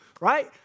Right